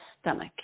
stomach